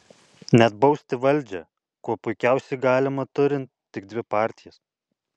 net bausti valdžią kuo puikiausiai galima turint tik dvi partijas